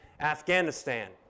Afghanistan